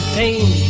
pain